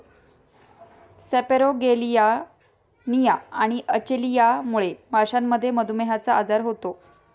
सेपेरोगेलियानिया आणि अचलियामुळे माशांमध्ये मधुमेहचा आजार होतो